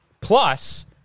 plus